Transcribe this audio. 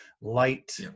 light